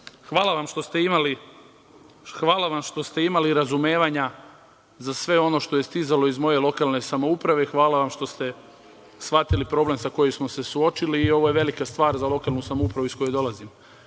vam što ste imali razumevanja za sve ono što je stizalo iz moje lokalne samouprave i hvala vam što ste shvatili problem sa kojim smo se suočili. Ovo je velika stvar za lokalnu samoupravu iz koje dolazim. Drugi